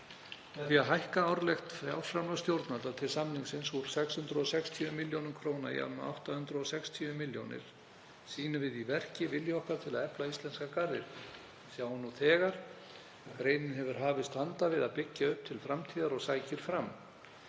því að hækka árlegt fjárframlag stjórnvalda til samningsins úr 660 millj. kr. í um 860 millj. kr., sýnum við í verki vilja okkar til að efla íslenska garðyrkju. Við sjáum nú þegar að greinin hefur hafist handa við að byggja upp til framtíðar og sækir fram.